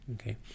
okay